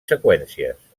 seqüències